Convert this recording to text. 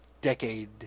decade